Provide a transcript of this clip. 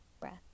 breath